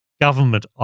government